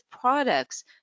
products